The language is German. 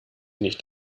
nicht